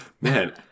Man